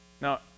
Now